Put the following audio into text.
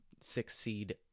six-seed